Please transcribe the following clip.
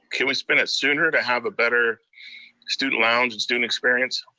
can we spend it sooner to have a better student lounge and student experience?